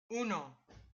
uno